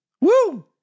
Woo